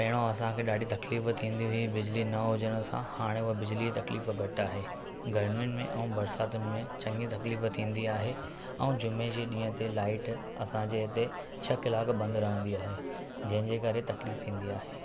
पहिरों असांखे ॾाढी तकलीफ़ु थींदी हुई बिजली न हुजण सां हाणे हूअ बिजली जी तकलीफ़ घटि आहे गर्मियुनि में ऐं बरिसातुनि में चंङी तकलीफ़ थींदी आहे ऐं जुमे जे ॾींहुं ते लाइट असांजे हिते छह कलाक बंदि रहंदी आहे जंहिं जे करे तकलीफ़ थींदी आहे